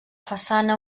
façana